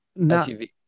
SUV